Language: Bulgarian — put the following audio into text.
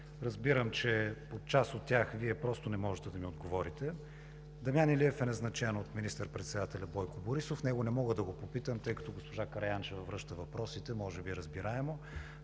Разбирам, че на част от тях Вие просто не можете да ми отговорите. Дамян Илиев е назначен от министър-председателя Бойко Борисов. Него не мога да го попитам, тъй като госпожа Караянчева връща въпросите, може би разбираемо,